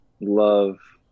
love